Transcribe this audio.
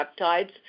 Peptides